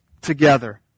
together